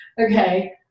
Okay